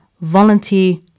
Volunteer